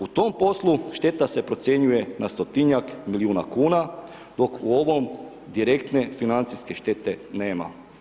U tom poslu šteta se procjenjuje na 100-tinjak milijuna kuna, dok u ovom direktne financijske štete nema.